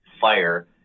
fire